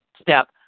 step